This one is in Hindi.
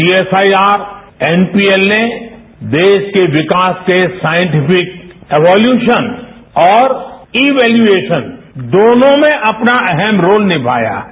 सीएसआईआर एनपीएल ने देश के विकास के साइटिफिक एवोल्यूशन और इंवेल्यूएशन दोनों में अपना अहम रोल निमाया है